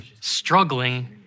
Struggling